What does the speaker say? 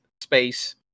space